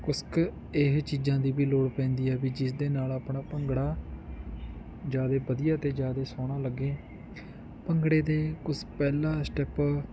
ਕੁਛ ਕ ਇਹ ਚੀਜ਼ਾਂ ਦੀ ਵੀ ਲੋੜ ਪੈਂਦੀ ਹੈ ਵੀ ਜਿਸ ਦੇ ਨਾਲ ਆਪਣਾ ਭੰਗੜਾ ਜ਼ਿਆਦਾ ਵਧੀਆ ਅਤੇ ਜ਼ਿਆਦਾ ਸੋਹਣਾ ਲੱਗੇ ਭੰਗੜੇ ਦੇ ਕੁਛ ਪਹਿਲਾਂ ਸਟੈਪ